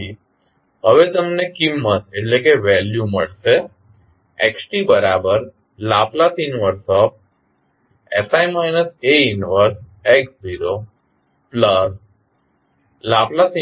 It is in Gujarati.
તેથી અહીં હવે તમને કિંમત મળશે xtL 1sI A 1x0L 1sI A 1BUs φtx00tt τBudτt≥0